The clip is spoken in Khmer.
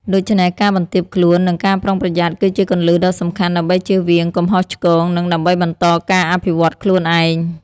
ដូច្នេះ ការបន្ទាបខ្លួន និងការប្រុងប្រយ័ត្ន គឺជាគន្លឹះដ៏សំខាន់ដើម្បីជៀសវាងកំហុសឆ្គង និងដើម្បីបន្តការអភិវឌ្ឍន៍ខ្លួនឯង។